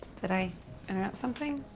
did i interrupt something?